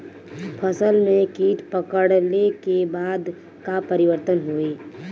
फसल में कीट पकड़ ले के बाद का परिवर्तन होई?